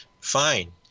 fine